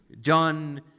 John